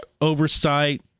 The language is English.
Oversight